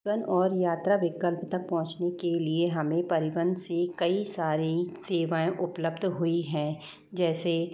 one और यात्रा विकल्प तक पहुंचने के लिए हमें परिवहन से कई सारी सेवाएं उपलब्ध हुई हैं जैसे